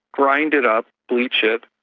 grind it up, bleach it,